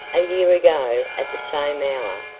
a year ago, at the same hour,